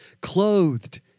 clothed